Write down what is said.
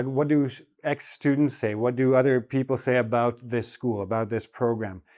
and what do ex-students say? what do other people say about this school, about this program?